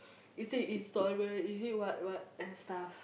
is it installment is it what what and stuff